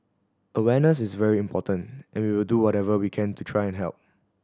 awareness is very important and we will do whatever we can to try and help